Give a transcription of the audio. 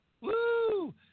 Woo